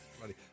funny